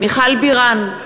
מיכל בירן,